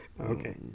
Okay